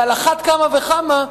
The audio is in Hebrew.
ועל אחת כמה וכמה,